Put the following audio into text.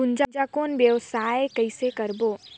गुनजा कौन व्यवसाय कइसे करबो?